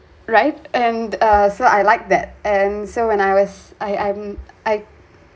right and uh so I like that and so when I was I I'm I